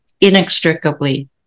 inextricably